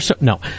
No